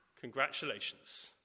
Congratulations